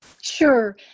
Sure